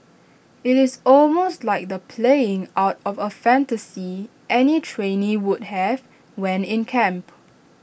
IT is almost like the playing out of A fantasy any trainee would have when in camp